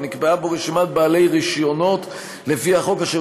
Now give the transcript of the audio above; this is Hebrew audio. ונקבעה בו רשימת בעלי רישיונות לפי החוק אשר